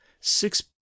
Six